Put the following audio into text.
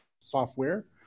software